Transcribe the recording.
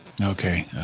Okay